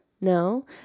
No